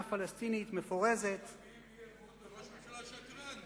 כי המלים "מדינה פלסטינית מפורזת" אז הוא ראש הממשלה שקרן.